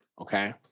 okay